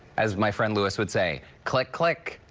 as my friend lewis would say, click, click,